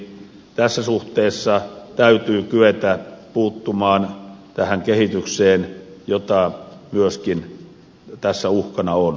tässä suhteessa täytyy kyetä puuttumaan tähän kehitykseen joka myöskin tässä uhkana on